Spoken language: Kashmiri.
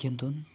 گِنٛدُن